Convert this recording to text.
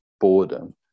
boredom